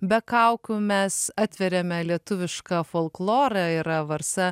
be kaukių mes atveriame lietuvišką folklorą yra varsa